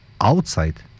outside